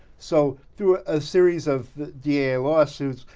so, through a series of yeah lawsuits,